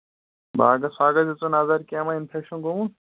باغَس واغَس دِژوٕ نظر کیٚنہہ مَہ اِنفٮ۪کشَن گوٚمُت